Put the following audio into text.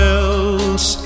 else